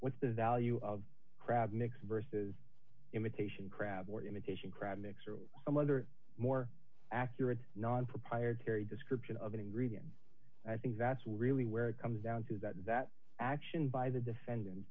what's the value of crab mix versus imitation crab or imitation crab mixer or some other more accurate nonproprietary description of an ingredient i think that's really where it comes down to that that action by the defendant